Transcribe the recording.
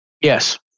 Yes